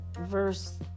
verse